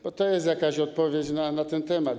Bo to jest jakaś odpowiedź na ten temat.